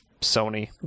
Sony